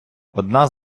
одна